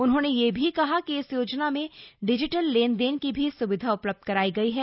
उन्होंने यह भी कहा कि इस योजना में डिजिटल लेने देने की भी स्विधा उपलब्ध करायी गयी हैं